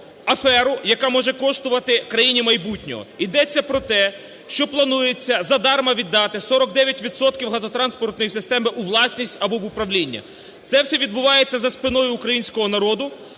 аферу, яка може коштувати країні майбутнього. Йдеться про те, що планується задарма віддати 49 відсотків газотранспортної системи у власність або в управління. Це все відбувається за спиною українського народу,